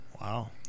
wow